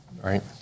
right